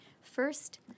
First